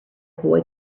boy